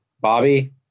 Bobby